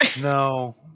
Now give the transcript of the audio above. no